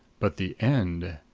but the end!